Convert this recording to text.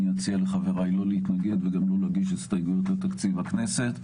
אציג לחבריי לא להתנגד וגם לא להגיש הסתייגויות על תקציב הכנסת.